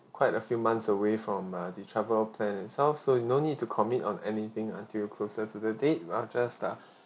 quite a few months away from uh the travel plan itself so no need to commit on anything until closer to the date not just uh